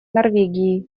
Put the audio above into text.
норвегии